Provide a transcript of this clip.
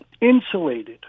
insulated